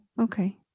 Okay